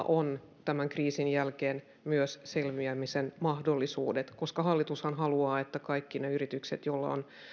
on myös tämän kriisin jälkeen selviämisen mahdollisuudet koska hallitushan haluaa että kaikki ne yritykset joilla on